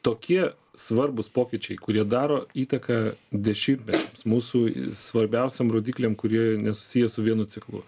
tokie svarbūs pokyčiai kurie daro įtaką dešimtmečiams mūsų svarbiausiem rodikliam kurie nesusiję su vienu ciklu